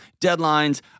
deadlines